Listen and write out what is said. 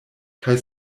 kaj